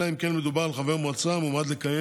אלא אם כן מדובר על חבר מועצה המועמד לכהן